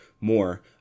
more